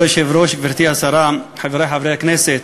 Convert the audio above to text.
כבוד היושב-ראש, גברתי השרה, חברי חברי הכנסת,